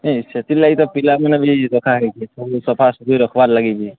ନାଇଁ ସେଥିର୍ଲାଗି ତ ପିଲାମାନେ ବି ଦେଖା ହେଇଛେ ସବୁ ସଫା ସୁଫି ରଖ୍ବାର୍ଲାଗି ବି